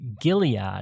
Gilead